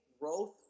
growth